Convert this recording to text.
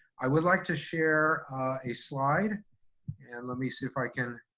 i would like to share a slide and let me see if i can